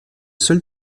seul